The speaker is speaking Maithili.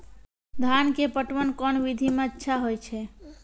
धान के पटवन कोन विधि सै अच्छा होय छै?